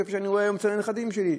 כפי שאני רואה היום אצל הנכדים שלי,